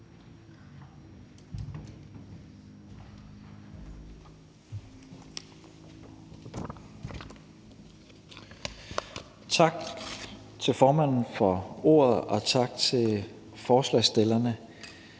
Tak til formanden for ordet, og tak til forslagsstillerne